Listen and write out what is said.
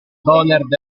bonard